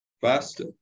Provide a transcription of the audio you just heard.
faster